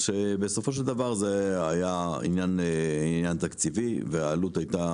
מהסיבה שבסופו של דבר היה עניין תקציבי והעלות הייתה